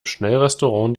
schnellrestaurant